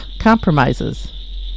compromises